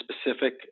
specific